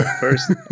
first